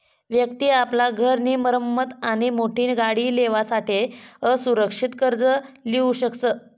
व्यक्ति आपला घर नी मरम्मत आणि मोठी गाडी लेवासाठे असुरक्षित कर्ज लीऊ शकस